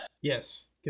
Yes